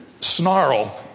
snarl